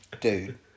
Dude